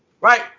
right